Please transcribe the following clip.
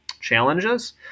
challenges